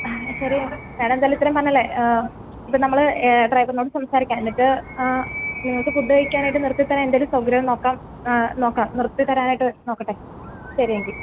ശരി താനെന്തായാലും ഇത്രയും പറഞ്ഞതല്ലേ ഇതു നമ്മൾ ഡ്രൈവറിനോട് സംസാരിക്കാം എന്നിട്ട് നമുക്ക് ഫുഡ് കഴിക്കാനായിട്ട് നിർത്തി തരാൻ എന്തെങ്കിലും സൗകര്യം നോക്കാം നോക്കാം നിർത്തി തരാനായിട്ട് നോക്കട്ടെ ശരി എങ്കിൽ